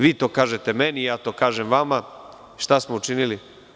Vi to kažete meni, ja to kažem vama, šta smo učinili?